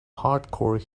hardcore